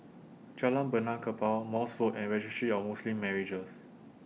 Jalan Benaan Kapal Morse Road and Registry of Muslim Marriages